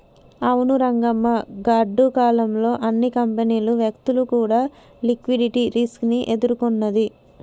అవును రంగమ్మ గాడ్డు కాలం లో అన్ని కంపెనీలు వ్యక్తులు కూడా లిక్విడిటీ రిస్క్ ని ఎదుర్కొన్నది